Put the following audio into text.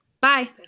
Bye